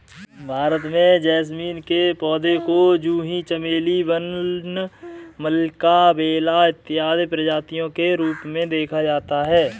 भारत में जैस्मीन के पौधे को जूही चमेली वन मल्लिका बेला इत्यादि प्रजातियों के रूप में देखा जाता है